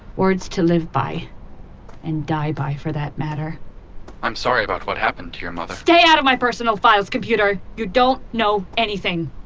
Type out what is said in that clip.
words to live by and die by, for that matter i'm sorry about what happened to your motherkeila stay out of my personal files, computer! you don't know anything